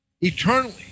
eternally